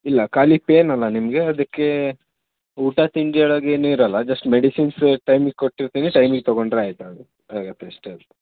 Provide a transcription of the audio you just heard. ಇಲ್ಲ ಖಾಲಿ ಪೈನಲ್ಲ ನಿಮಗೆ ಅದಕ್ಕೆ ಊಟ ತಿಂಡಿಯೊಳಗೇನಿರಲ್ಲ ಜಸ್ಟ್ ಮೆಡಿಸಿನ್ಸ್ ಟೈಮಿಗೆ ಕೊಟ್ಟಿರ್ತೀನಿ ಟೈಮಿಗೆ ತಗೊಂಡ್ರೆ ಆಯಿತು ಆಗತ್ತಷ್ಟೇ ಅದು